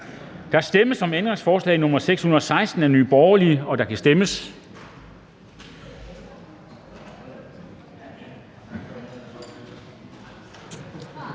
Der stemmes om ændringsforslag nr. 626 af NB, og der kan stemmes.